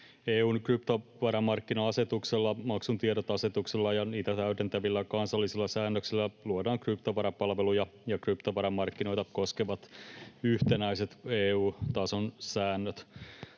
EU:n kryptovaramarkkina-asetuksella, maksun tiedot ‑asetuksella ja niitä täydentävillä kansallisilla säännöksillä luodaan kryptovarapalveluja ja kryptovaramarkkinoita koskevat yhtenäiset EU-tason säännöt.